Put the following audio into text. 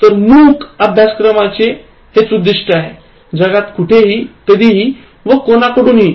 तर MOOC अभ्यासक्रमाचे हेच उद्दिष्ट आहे जगात कुठेही कधीही व कोणाकडूनहि